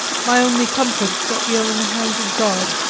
my only comfort is that we are in the hands of god.